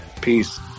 Peace